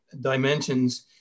dimensions